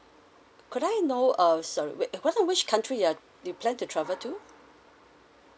could I know err sorry wait could I which country you're you plan to travel to